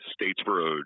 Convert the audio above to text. Statesboro